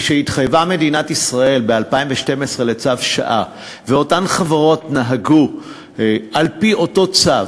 משהתחייבה מדינת ישראל ב-2012 לצו שעה ואותן חברות נהגו על-פי אותו צו,